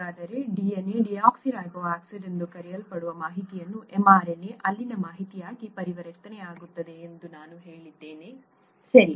ಹಾಗಾದರೆ DNA deoxyribonucleic acid ಎಂದು ಕರೆಯಲ್ಪಡುವ ಮಾಹಿತಿಯು mRNA ಅಲ್ಲಿನ ಮಾಹಿತಿಯಾಗಿ ಪರಿವರ್ತನೆಯಾಗುತ್ತದೆ ಎಂದು ನಾವು ಹೇಳಿದ್ದೇವೆ ಸರಿ